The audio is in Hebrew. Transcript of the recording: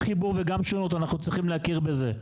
אנחנו צריכים להכיר בזה,